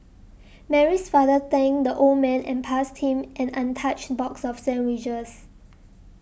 Mary's father thanked the old man and passed him an untouched box of sandwiches